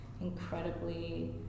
incredibly